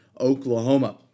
Oklahoma